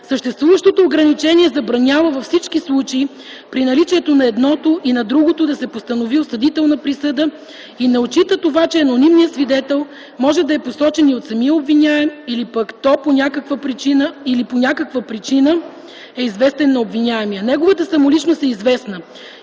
Съществуващото ограничение забранява във всички случаи при наличието на едното и на другото да се постанови осъдителна присъда, и не отчита това, че анонимният свидетел може да е посочен от самия обвиняем или пък по някаква причина е известен на обвиняемия. Неговата самоличност е известна.